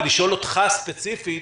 ולשאול אותך ספציפית